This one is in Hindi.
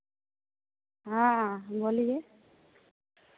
हाँ बोलिए